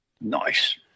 Nice